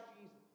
Jesus